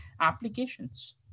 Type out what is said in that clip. applications